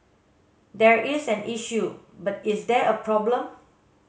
there is an issue but is there a problem